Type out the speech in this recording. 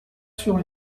sur